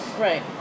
Right